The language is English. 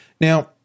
Now